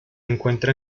encuentra